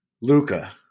Luca